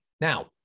Now